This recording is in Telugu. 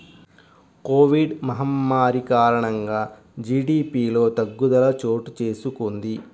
కోవిడ్ మహమ్మారి కారణంగా జీడీపిలో తగ్గుదల చోటుచేసుకొంది